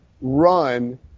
run